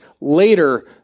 later